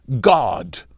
God